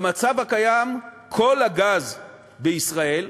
במצב הקיים כל הגז בישראל,